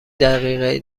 دقیقه